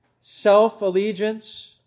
self-allegiance